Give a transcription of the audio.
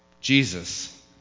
Jesus